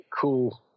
cool